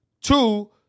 Two